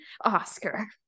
Oscar